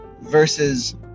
versus